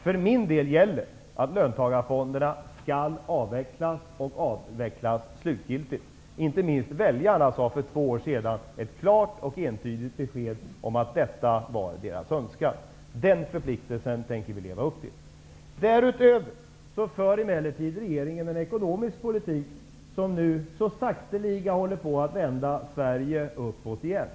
För min del gäller att löntagarfonderna skall avvecklas, och att det är en slutgiltig avveckling. Inte minst väljarna gav för två år sedan ett klart och entydigt besked om att detta var deras önskan. Den förpliktelsen tänker vi leva upp till. Därutöver för regeringen emellertid en ekonomisk politik som nu så sakteliga håller på att vända utvecklingen i Sverige uppåt igen.